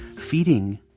feeding